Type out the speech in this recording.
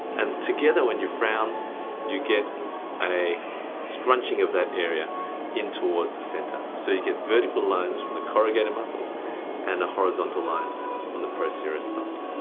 and together when you frown you get a scrunching of that area in towards the center. so you get vertical lines from the corrugator muscle and a horizontal line from the procerus muscle.